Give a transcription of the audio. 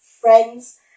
friends